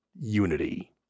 unity